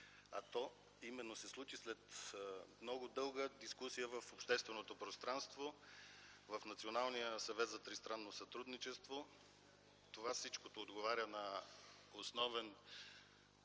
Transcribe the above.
а то именно се случи след много дълга дискусия в общественото пространство. В Националния съвет за тристранно сътрудничество всичко това отговаря на основен